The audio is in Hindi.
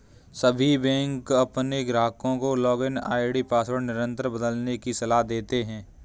सभी बैंक अपने ग्राहकों को लॉगिन आई.डी पासवर्ड निरंतर बदलने की सलाह देते हैं